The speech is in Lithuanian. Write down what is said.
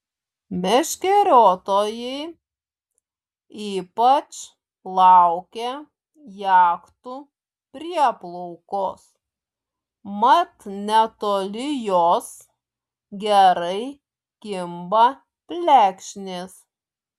meškeriotojai ypač laukia jachtų prieplaukos mat netoli jos gerai kimba plekšnės